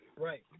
right